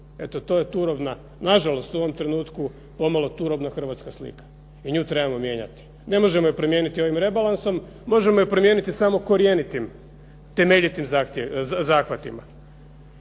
Eto to je turobna, nažalost u ovom trenutku pomalo turobna hrvatska slika i nju trebamo mijenjati. Ne možemo je promijeniti ovim rebalansom, možemo je promijeniti samo korjenitim, temeljitim zahvatima.